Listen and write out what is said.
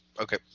Okay